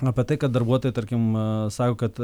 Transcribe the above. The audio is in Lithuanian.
apie tai kad darbuotojai tarkim sako kad